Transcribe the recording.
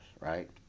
right